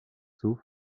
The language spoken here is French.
sauf